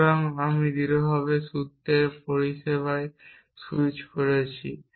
সুতরাং আমি দৃঢ়ভাবে সূত্রের পরিভাষায় স্যুইচ করেছি